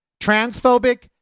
transphobic